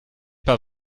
pas